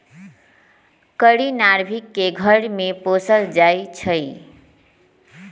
कारी नार्भिक के घर में पोशाल जाइ छइ